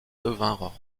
devinrent